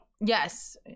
yes